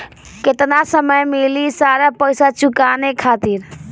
केतना समय मिली सारा पेईसा चुकाने खातिर?